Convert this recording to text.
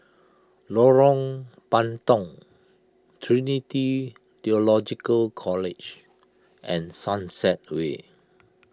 Lorong Puntong Trinity theological College and Sunset Way